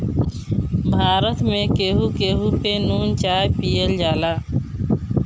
भारत में केहू केहू पे नून चाय पियल जाला